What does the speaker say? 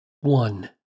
one